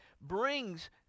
brings